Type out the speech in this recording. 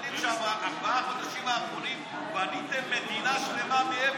אנחנו יודעים שבארבעת החודשים האחרונים בניתם מדינה שלמה מאפס.